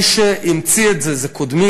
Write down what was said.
מי שהמציא את זה הוא קודמי,